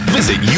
visit